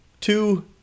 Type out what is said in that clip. two